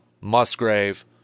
Musgrave